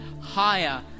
higher